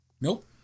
Nope